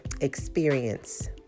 experience